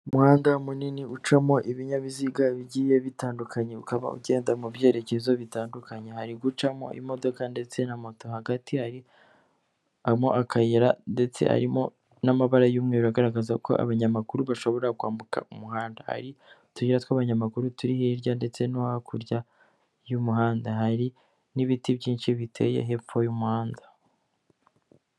Umuhanda munini ucamo ibinyabiziga bigiye bitandukanye, ukaba ugenda mu byerekezo bitandukanye, hari gucamo imodoka ndetse na moto, hagati harimo akayira ndetse harimo n'amabara y'umweru agaragaza ko abanyamaguru bashobora kwambuka umuhanda, hari utuyira tw'abanyamaguru turi hirya ndetse no hakurya y'umuhanda, hari n'ibiti byinshi biteye hepfo y'umuhanda.